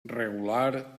regular